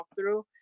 walkthrough